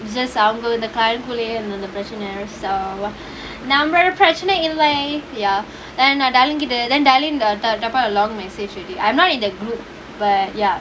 just அவங்கள்ட கைகுல்லையே இருந்த அந்த பிரச்சன:avangalda kaikullayae iruntha antha pirachana so நம்மல் பிரச்சன இல்லை:nammal pirachana illai ya then நான்:naan darling கிட்ட:kitta then darling type out the long message already I'm not in the group but ya